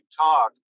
talk